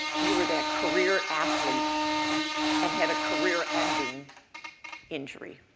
you are that career athlete and had a career-ending injury,